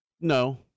No